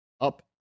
up